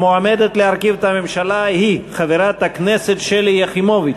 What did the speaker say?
המועמדת להרכיב את הממשלה היא חברת הכנסת שלי יחימוביץ.